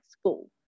school